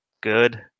good